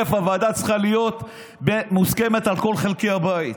הוועדה צריכה להיות מוסכמת על כל חלקי הבית.